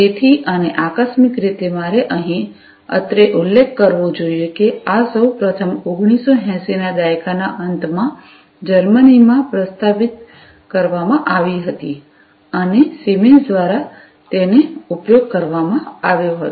તેથી અને આકસ્મિક રીતે મારે અહીં અત્રે ઉલ્લેખ કરવો જોઈએ કે આ સૌ પ્રથમ 1980 ના દાયકાના અંતમાં જર્મનીમાં પ્રસ્તાવિત કરવામાં આવી હતી અને સિમેન્સ દ્વારા તેનો ઉપયોગ કરવામાં આવ્યો હતો